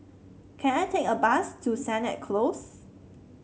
can I take a bus to Sennett Close